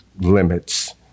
limits